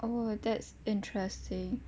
oh that's interesting